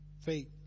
faith